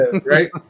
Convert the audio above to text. right